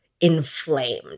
inflamed